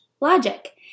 logic